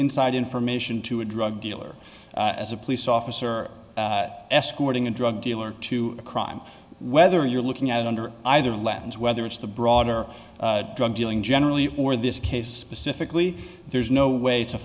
inside information to a drug dealer as a police officer escorting a drug dealer to a crime whether you're looking at it under either lens whether it's the broader drug dealing generally or this case pacifically there's no way to